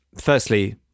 firstly